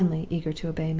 blindly eager to obey me.